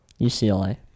UCLA